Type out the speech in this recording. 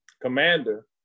commander